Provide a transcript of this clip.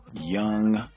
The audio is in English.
young